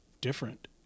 different